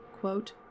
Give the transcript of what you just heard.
quote